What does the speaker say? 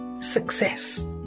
Success